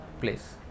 place